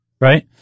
Right